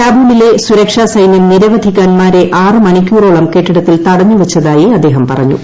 കാബൂളിലെ സുരക്ഷാ സൈനൃം നിരവധി ഗൺമാൻമാരെ ആറ് മണിക്കൂറോളം കെട്ടിടത്തിൽ തടഞ്ഞുവച്ചിരായി അദ്ദേഹം പറഞ്ഞു